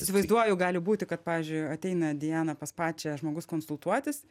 įsivaizduoju gali būti kad pavyzdžiui ateina diana pas pačią žmogus konsultuotis